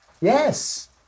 Yes